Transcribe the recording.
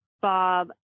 Bob